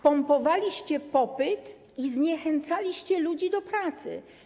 Pompowaliście popyt i zniechęcaliście ludzi do pracy.